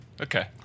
Okay